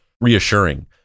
reassuring